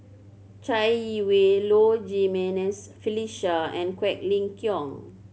Chai Yee Wei Low Jimenez Felicia and Quek Ling Kiong